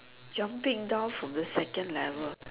jumping down from the second level